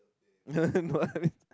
no no I mean